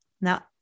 Now